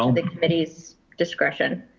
um the committee's discretion.